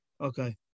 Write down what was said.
Okay